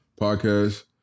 podcast